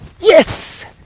Yes